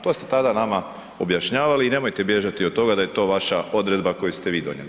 To ste tada nama objašnjavali i nemojte bježati od toga da je to vaša odredba koji ste vi donijeli.